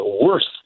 worse